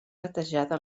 batejada